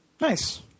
Nice